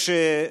כן,